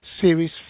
series